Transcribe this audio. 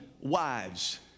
wives